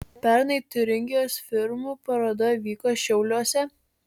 pernai tiuringijos firmų paroda vyko šiauliuose